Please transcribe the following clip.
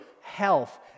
health